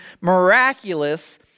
miraculous